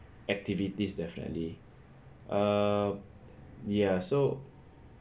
activities definitely uh ya so